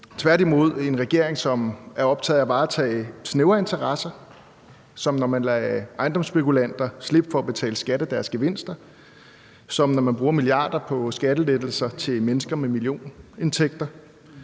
Tværtimod er det en regering, som er optaget af at varetage snævre interesser, som når man lader ejendomsspekulanter slippe for at betale skat af deres gevinster, som når man bruger milliarder på skattelettelser til mennesker med millionindtægter,